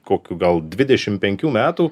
kokių gal dvidešimt penkių metų